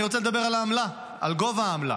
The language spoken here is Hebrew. אני רוצה לדבר על העמלה, על גובה העמלה.